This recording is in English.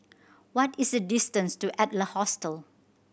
what is the distance to Adler Hostel